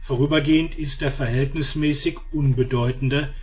vorübergehend ist der verhältnismäßig unbedeutende